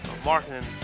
Martin